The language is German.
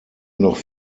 noch